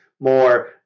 more